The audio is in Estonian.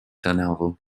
tänavu